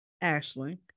Ashley